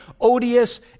odious